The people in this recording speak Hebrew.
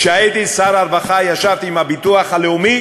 כשהייתי שר הרווחה ישבתי עם הביטוח הלאומי